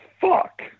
fuck